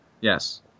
Yes